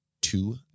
two